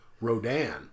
Rodan